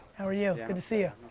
how are you? good to see ah